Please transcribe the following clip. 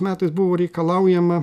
metais buvo reikalaujama